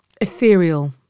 ethereal